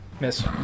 Miss